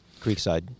Creekside